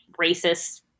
racist